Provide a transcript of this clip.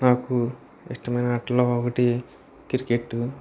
నాకు ఇష్టమైన ఆటల్లో ఒకటి క్రికెట్